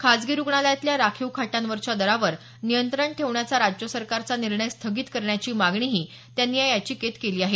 खासगी रुग्णालयातल्या राखीव खाटांवरच्या दरावर नियंत्रण ठेवण्याचा राज्य सरकारचा निर्णय स्थगित करण्याची मागणी त्यांनी या याचिकेत केली आहे